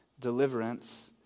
deliverance